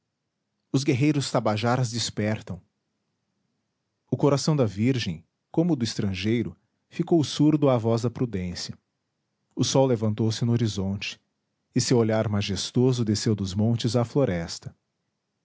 os guerreiros tabajaras despertam o coração da virgem como o do estrangeiro ficou surdo à voz da prudência o sol levantou-se no horizonte e seu olhar majestoso desceu dos montes à floresta